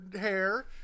hair